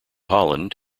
holland